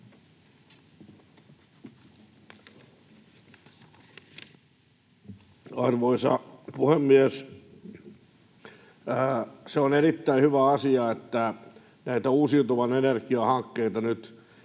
Arvoisa puhemies! On erittäin hyvä asia, että näitä uusiutuvan energian hankkeita